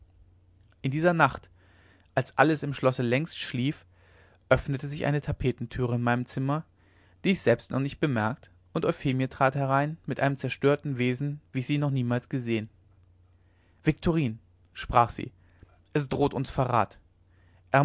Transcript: in tiefer nacht als alles im schlosse längst schlief öffnete sich eine tapetentüre in meinem zimmer die ich selbst noch nicht bemerkt und euphemie trat herein mit einem zerstörten wesen wie ich sie noch niemals gesehen viktorin sprach sie es droht uns verrat